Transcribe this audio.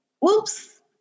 Whoops